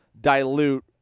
dilute